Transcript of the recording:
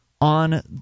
on